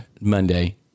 Monday